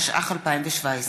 התשע"ח 2017,